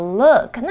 look